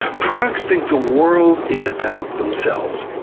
procs think the world is about themselves.